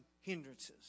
hindrances